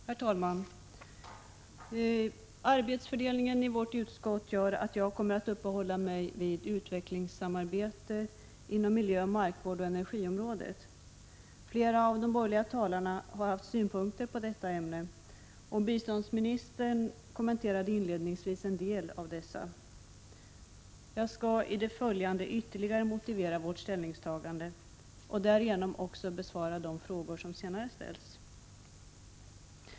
Herr talman! Arbetsfördelningen inom vårt utskott innebär att jag kommer att uppehålla mig vid utvecklingssamarbetet beträffande miljö, markvård och energi. Flera av talarna har haft synpunkter på detta ämne, och biståndsministern kommenterade inledningsvis en del av dessa. Jag skalli det följande ytterligare motivera vårt ställningstagande och därigenom också besvara de frågor som senare ställts.